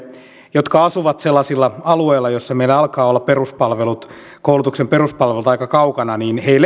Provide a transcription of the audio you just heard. jotka asuvat sellaisilla alueilla joilla meillä alkavat olla koulutuksen peruspalvelut aika kaukana